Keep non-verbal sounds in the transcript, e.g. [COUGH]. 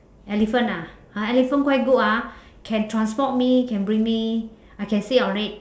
elephant ah uh elephant quite good ah [BREATH] can transport me can bring me I can sit on it